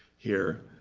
here.